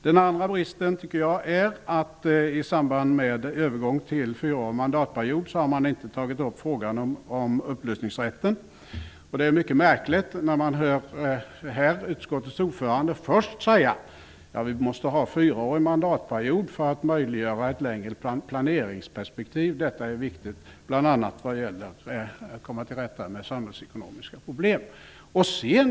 Den andra bristen är att man i samband med övergång till fyraårig mandatperiod inte har tagit upp frågan om upplösningsrätten. Det är mycket märkligt att höra utskottets ordförande först säga att vi måste ha en fyraårig mandatperiod för att möjliggöra ett längre planeringsperspektiv, bl.a. därför att det är viktigt att komma till rätta med samhällsekonomiska problem.